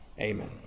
Amen